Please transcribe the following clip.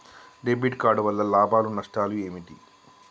Debit card వల్ల లాభాలు నష్టాలు ఏమిటి?